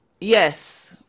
Yes